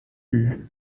eue